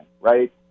right